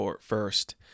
first